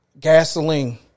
gasoline